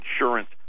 insurance